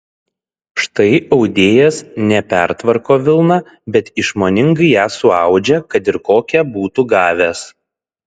štai audėjas ne pertvarko vilną bet išmoningai ją suaudžia kad ir kokią būtų gavęs